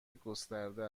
گسترده